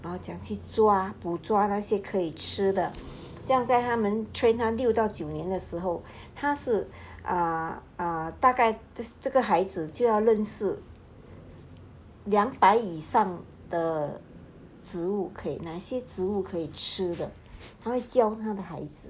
然后怎样去抓不抓那些可以吃的这样在他们 train 他到六到九年的时候他是 err 大概这个孩子就要认识两百以上的植物可以哪一些植物可以吃的他会教他的孩子